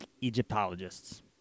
Egyptologists